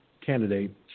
candidate